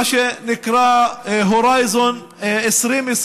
מה שנקרא Horizon 2020,